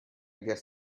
guess